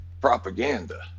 propaganda